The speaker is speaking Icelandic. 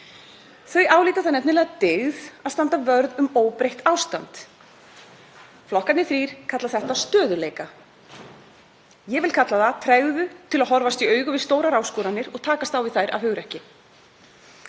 Þau álíta það nefnilega dyggð að standa vörð um óbreytt ástand. Flokkarnir þrír kalla þetta stöðugleika. Ég kalla það tregðu til þess að horfast í augu við stórar áskoranir og takast á við þær af hugrekki.